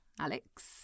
Alex